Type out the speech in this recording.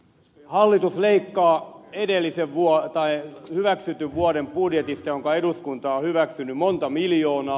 hallitus leikkaa budjetista jonka eduskunta on hyväksynyt monta miljoonaa